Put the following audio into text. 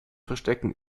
verstecken